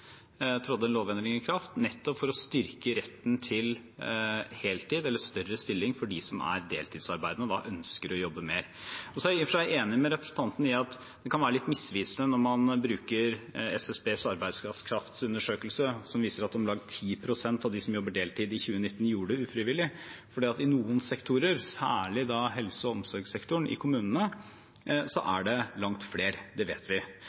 en lovendring i kraft for å styrke retten til heltid eller større stilling for dem som er deltidsarbeidende, og som ønsker å jobbe mer. Jeg er i og for seg enig med representanten i at det kan være litt misvisende når man bruker SSBs arbeidskraftundersøkelse, som viser at om lag 10 pst. av dem som jobbet deltid i 2019, gjorde det ufrivillig, for i noen sektorer, særlig i helse- og omsorgssektoren i kommunene, er det langt flere. Det vet vi.